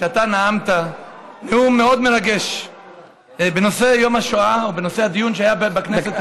כשאתה נאמת נאום מאוד מרגש בנושא יום השואה ובנושא הדיון שהיה בכנסת,